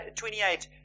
28